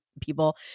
people